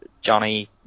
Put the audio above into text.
Johnny